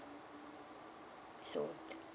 so